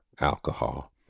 alcohol